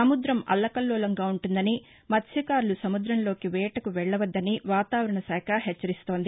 సముద్రం అల్లకల్లోలంగా ఉంటుందని మత్స్యకారులు సముద్రంలోకి వేటకు వెళ్ళవద్దని వాతావరణ శాఖ హెచ్చరిస్తోంది